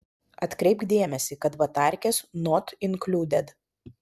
atkreipk dėmesį kad baterkės not inkluded